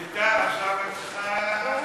רויטל, עכשיו את צריכה,